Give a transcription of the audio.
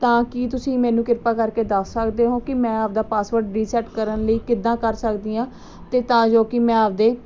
ਤਾਂ ਕੀ ਤੁਸੀਂ ਮੈਨੂੰ ਕਿਰਪਾ ਕਰਕੇ ਦੱਸ ਸਕਦੇ ਹੋ ਕਿ ਮੈਂ ਆਪਦਾ ਪਾਸਵਰਡ ਰੀਸੈਟ ਕਰਨ ਲਈ ਕਿੱਦਾਂ ਕਰ ਸਕਦੀ ਹਾਂ ਅਤੇ ਤਾਂ ਜੋ ਕਿ ਮੈਂ ਆਪਦੇ